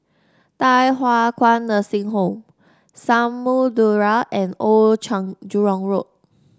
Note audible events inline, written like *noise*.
Thye Hua Kwan Nursing Home Samudera and Old *unintelligible* Jurong Road